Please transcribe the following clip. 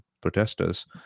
protesters